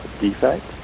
defect